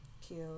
Cute